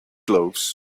gloves